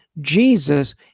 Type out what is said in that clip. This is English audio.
Jesus